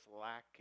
lacking